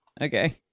Okay